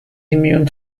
immune